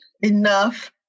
Enough